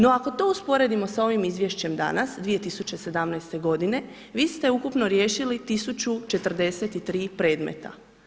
No, ako to usporedimo s ovim izvješćem danas, 2017. godine, vi ste ukupno riješili 1043 predmeta.